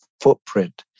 footprint